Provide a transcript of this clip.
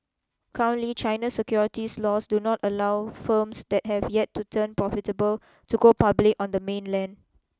currently China's securities laws do not allow firms that have yet to turn profitable to go public on the mainland